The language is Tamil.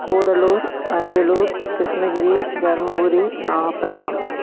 கூடலூர் அரியலூர் கிருஷ்ணகிரி தர்மபுரி நாகப்பட்டினம்